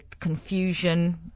confusion